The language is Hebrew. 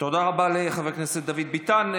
תודה רבה לחבר הכנסת דוד ביטן.